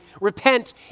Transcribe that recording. repent